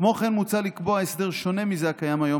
כמו כן מוצע לקבוע הסדר שונה מזה הקיים כיום